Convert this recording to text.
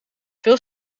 veel